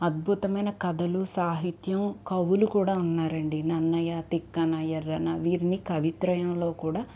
అద్భుతమైన కథలు సాహిత్యం కవులు కూడా ఉన్నారండి నన్నయ తిక్కన ఎఱ్ఱన వీరిని కవిత్రయంలో కూడా